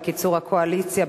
בקיצור הקואליציה,